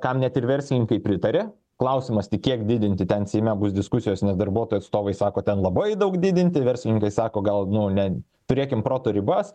kam net ir verslininkai pritaria klausimas tik kiek didinti ten seime bus diskusijos nes darbuotojų atstovai sako ten labai daug didinti verslininkai sako gal ne turėkim proto ribas